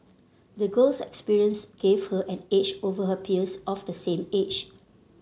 the girl's experience gave her an edge over her peers of the same age